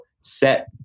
set